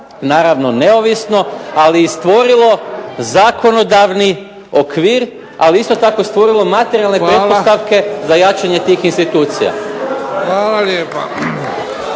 naravno neovisno ali i stvorilo zakonodavni okvir ali isto tako stvorilo materijalne pretpostavke za jačanje tih institucija. **Bebić,